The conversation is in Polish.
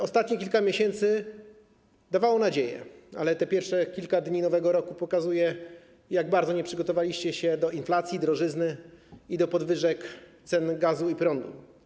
Ostatnie kilka miesięcy dawało nadzieję, ale pierwsze kilka dni nowego roku pokazuje, jak bardzo nie przygotowaliście się do inflacji, drożyzny i podwyżek cen gazu i prądu.